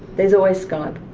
there's always skype.